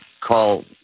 call